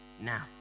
now